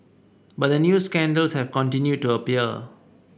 but new scandals have continued to appear